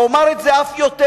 ואומר אף יותר: